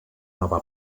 nova